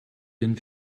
den